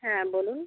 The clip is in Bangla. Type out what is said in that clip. হ্যাঁ বলুন